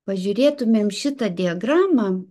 pažiūrėtumėm šitą diagramą